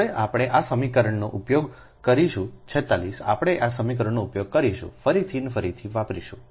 હવે આપણે આ સમીકરણનો ઉપયોગ કરીશું 46 આપણે આ સમીકરણનો ઉપયોગ કરીશું ફરીથી અને ફરીથી વાપરીશું